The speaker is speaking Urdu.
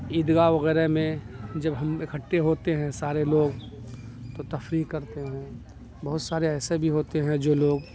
عیدگاہ وغیرہ میں جب ہم اکھٹے ہوتے ہیں سارے لوگ تو تفریح کرتے ہیں بہت سارے ایسے بھی ہوتے ہیں جو لوگ